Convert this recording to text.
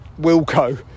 Wilco